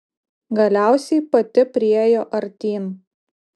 galiausiai pati priėjo artyn